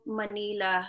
manila